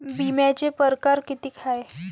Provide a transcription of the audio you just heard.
बिम्याचे परकार कितीक हाय?